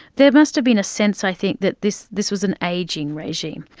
there must have been a sense i think that this this was an ageing regime,